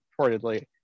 reportedly